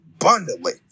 abundantly